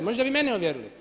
Moda bi mene uvjerili.